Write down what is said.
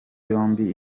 yombi